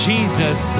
Jesus